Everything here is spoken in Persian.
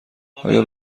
آیا